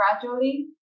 gradually